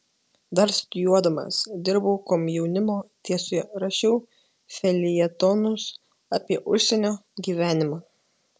dar studijuodamas dirbau komjaunimo tiesoje rašiau feljetonus apie užsienio gyvenimą